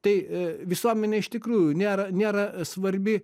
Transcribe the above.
tai visuomenė iš tikrųjų nėra nėra svarbi